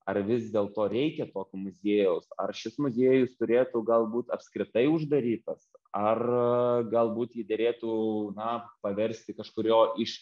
ar vis dėl to reikia tokio muziejaus ar šis muziejus turėtų galbūt apskritai uždarytas ar galbūt jį derėtų na paversti kažkurio iš